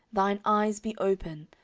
thine eyes be open,